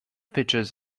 features